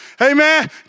Amen